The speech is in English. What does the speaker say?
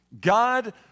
God